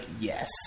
yes